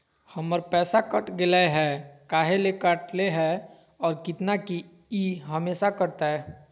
हमर पैसा कट गेलै हैं, काहे ले काटले है और कितना, की ई हमेसा कटतय?